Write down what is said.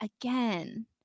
again